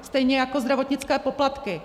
Stejně jako zdravotnické poplatky.